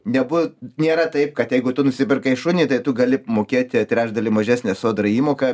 nebuvo nėra taip kad jeigu tu nusipirkai šunį tai tu gali mokėti trečdalį mažesnę sodrai įmoką